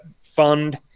fund